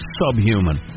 subhuman